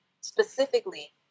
specifically